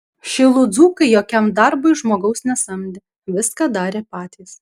šilų dzūkai jokiam darbui žmogaus nesamdė viską darė patys